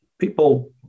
People